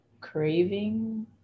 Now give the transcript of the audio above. craving